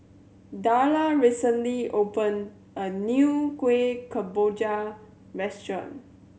Darla recently opened a new Kueh Kemboja restaurant